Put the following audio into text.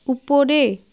উপরে